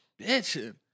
bitching